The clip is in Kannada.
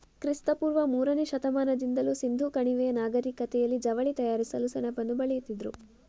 ಕ್ರಿಸ್ತ ಪೂರ್ವ ಮೂರನೇ ಶತಮಾನದಿಂದಲೂ ಸಿಂಧೂ ಕಣಿವೆಯ ನಾಗರಿಕತೆನಲ್ಲಿ ಜವಳಿ ತಯಾರಿಸಲು ಸೆಣಬನ್ನ ಬೆಳೀತಿದ್ರು